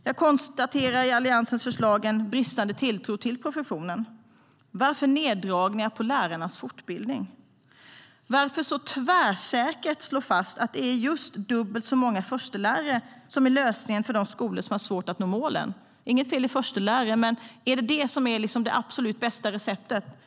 Jag konstaterar en bristande tilltro till professionen i Alliansens förslag. Varför så tvärsäkert slå fast att det är just dubbelt så många förstelärare som är lösningen för de skolor som har svårt att nå målen? Det är inget fel på förstelärare, men är det det absolut bästa receptet?